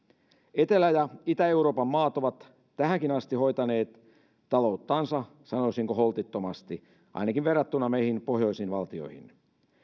etelä ja itä euroopan maat ovat tähänkin asti hoitaneet talouttansa sanoisinko holtittomasti ainakin verrattuna meihin pohjoisiin valtioihin